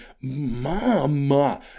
Mama